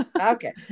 Okay